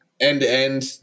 end-to-end